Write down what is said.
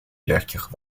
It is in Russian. легких